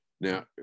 now